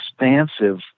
expansive